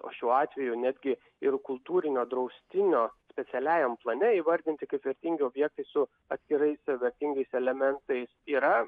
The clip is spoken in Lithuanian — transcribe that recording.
o šiuo atveju netgi ir kultūrinio draustinio specialiajam plane įvardinti kaip vertingi objektai su atskirais vertingais elementais yra